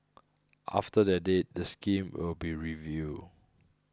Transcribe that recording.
after that date the scheme will be reviewed